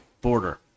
border